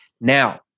Now